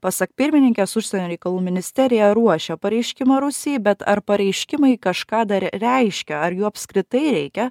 pasak pirmininkės užsienio reikalų ministerija ruošia pareiškimą rusijai bet ar pareiškimai kažką dar reiškia ar jų apskritai reikia